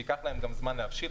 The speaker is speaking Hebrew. שייקח להם גם זמן להבשיל,